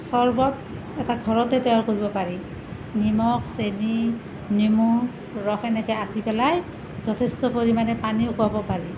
চৰ্বত এটা ঘৰতে তৈয়াৰ কৰিব পাৰি নিমখ চেনি নেমু ৰস এনেকৈ আতি পেলাই যথেষ্ট পৰিমাণে পানীও খোৱাব পাৰি